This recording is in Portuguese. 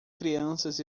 crianças